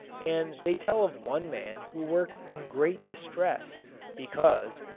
and they tell of one man who worked in great distress because,